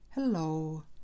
Hello